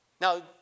Now